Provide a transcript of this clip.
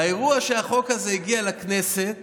האירוע שהחוק הזה הגיע לכנסת